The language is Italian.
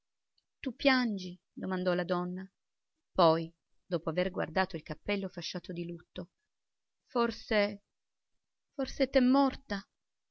tu piangi domandò la donna poi dopo aver guardato il cappello fasciato di lutto forse forse t'è morta